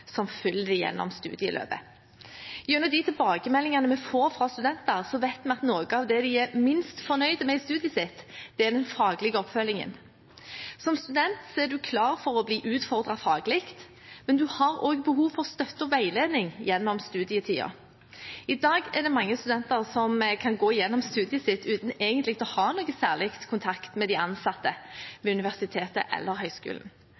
som følger dem gjennom studieløpet. Gjennom tilbakemeldingene vi får fra studenter, vet vi at noe av det de er minst fornøyd med i studiet sitt, er den faglige oppfølgingen. Som student er man klar for å bli utfordret faglig, men man har også behov for støtte og veiledning gjennom studietiden. I dag kan mange studenter gå gjennom studiet uten egentlig å ha noe særlig kontakt med de ansatte ved universitetet eller